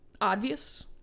obvious